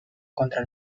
contra